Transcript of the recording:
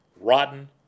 Rotten